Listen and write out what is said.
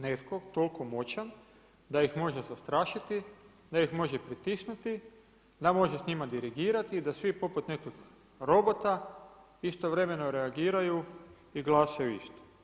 Netko toliko moćan, da ih može zastrašiti, da ih može pritisnuti, da može s njima dirigirati i da svi poput nekog robota istovremeno reagiraju i glasaju isto.